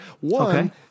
one